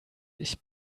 ich